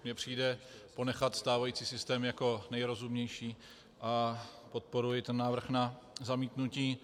Mně přijde ponechat stávající systém jako nejrozumnější a podporuji návrh na zamítnutí.